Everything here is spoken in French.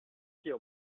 fille